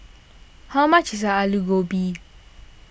how much is Aloo Gobi